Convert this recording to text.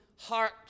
Heart